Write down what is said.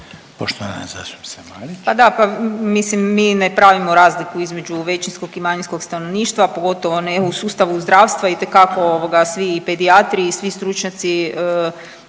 **Marić, Andreja (SDP)** Pa da mislim mi ne pravimo razliku između većinskog i manjinskog stanovništva, pogotovo ne u sustavu zdravstva. Itekako svi pedijatri i svi stručnjaci